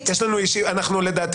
לדעתי